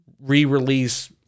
re-release